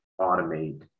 automate